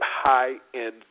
high-end